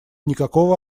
никакого